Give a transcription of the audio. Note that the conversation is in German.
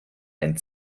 ein